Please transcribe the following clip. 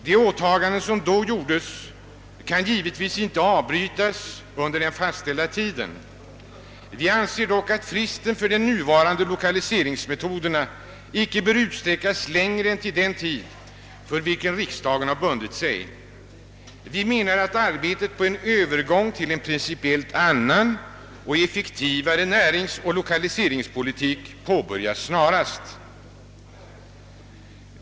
De åtaganden som gjordes 1964 kan givetvis inte avbrytas under den fastställda tiden. Vi anser emellertid att fristen för nuvarande lokaliseringsmetoder icke skall utsträckas längre än till den tid, för vilken riksdagen har bundit sig. Vi menar att arbetet på en övergång till en principiellt annan och effektivare näringsoch lokaliseringspolitik bör påbörjas snarast.